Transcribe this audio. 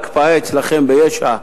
לעומת ההקפאה אצלכם ביש"ע,